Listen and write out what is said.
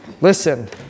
Listen